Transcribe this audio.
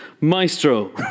Maestro